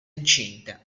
incinta